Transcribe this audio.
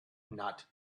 not